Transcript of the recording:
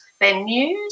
venues